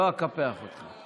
לא אקפח אותך.